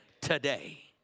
today